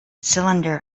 cylinder